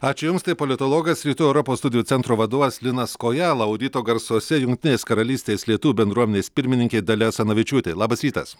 ačiū jums tai politologas rytų europos studijų centro vadovas linas kojala o ryto garsuose jungtinės karalystės lietuvių bendruomenės pirmininkė dalia asanavičiūtė labas rytas